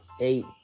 eight